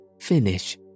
finish